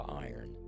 iron